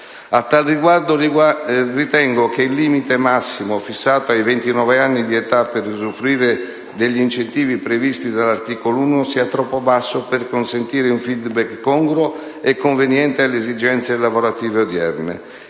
A tale riguardo, ritengo che il limite massimo, fissato a 29 anni di età, per usufruire degli incentivi previsti dall'articolo 1 sia troppo basso per consentire un *feedback* congruo e conveniente alle esigenze lavorative odierne.